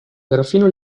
perfino